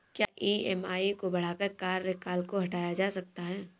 क्या ई.एम.आई को बढ़ाकर कार्यकाल को घटाया जा सकता है?